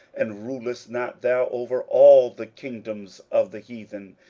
and rulest not thou over all the kingdoms of the heathen?